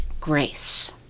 grace